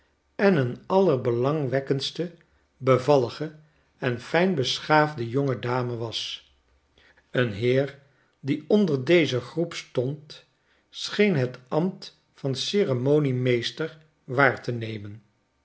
en een allerbelangwekkendste bevallige en fijnbeschaafde jonge dame was een heer die onder deze groep stond scheen het ambt van ceremoniemeester waar te nemen